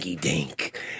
Dink